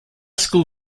school